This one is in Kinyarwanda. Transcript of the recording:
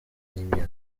n’imyaka